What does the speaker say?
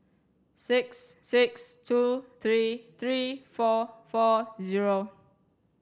six six two three three four four zero